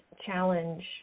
challenge